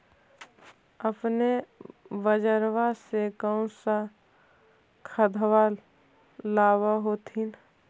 अपने बजरबा से कौन सा खदबा लाब होत्थिन?